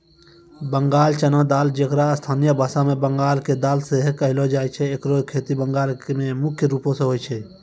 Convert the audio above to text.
बंगाल चना दाल जेकरा स्थानीय भाषा मे बंगाल के दाल सेहो कहलो जाय छै एकरो खेती बंगाल मे मुख्य रूपो से होय छै